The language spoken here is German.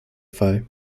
fall